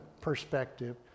perspective